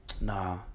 Nah